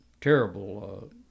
terrible